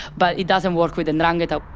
but it doesn't work with ndrangheta.